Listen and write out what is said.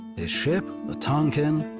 his ship, the tonquin,